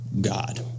God